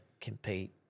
compete